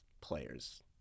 players